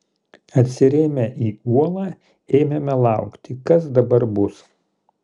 atsirėmę į uolą ėmėme laukti kas dabar bus